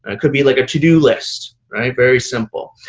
it could be like a to-do list, right? very simple.